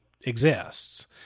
exists